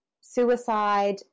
suicide